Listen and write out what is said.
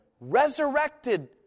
resurrected